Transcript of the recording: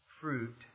fruit